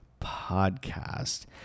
podcast